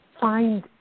find